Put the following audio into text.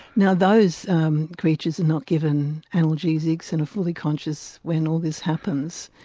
now those creatures are not given analgesics and are fully conscious when all this happens.